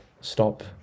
stop